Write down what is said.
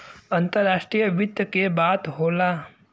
अंतराष्ट्रीय वित्त के बात होला